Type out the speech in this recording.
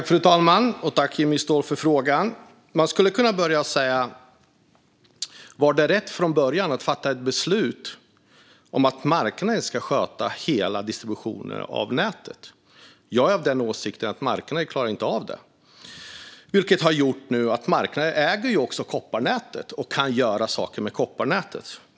Fru talman! Jag tackar Jimmy Ståhl för frågan. Jag skulle kunna börja med att fråga: Var det rätt från början att fatta ett beslut om att marknaden ska sköta hela distributionen av nätet? Jag är av den åsikten att marknaden inte klarar av det. Detta har gjort att marknaden äger även kopparnätet och kan göra saker med det.